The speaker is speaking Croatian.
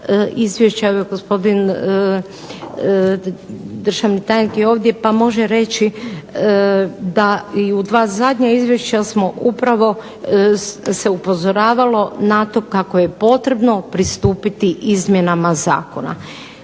izvješća evo gospodin državni tajnik je ovdje pa može reći da i u dva zadnja izvješća se upravo upozoravalo na to kako je potrebno pristupiti izmjenama zakona.